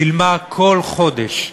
שילמו כל חודש,